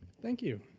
thank you,